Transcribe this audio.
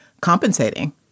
compensating